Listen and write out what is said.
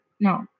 no